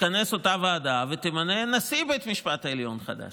תתכנס אותה ועדה ותמנה נשיא בית משפט עליון חדש,